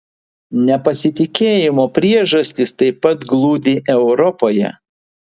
nepasitikėjimo priežastys taip pat glūdi europoje